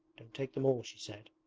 don't take them all she said.